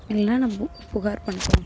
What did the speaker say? இல்லைன்னா நான் பு புகார் பண்ண போகிறேன்